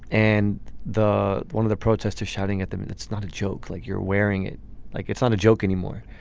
and the one of the protesters shouting at them and it's not a joke like you're wearing it like it's not a joke anymore.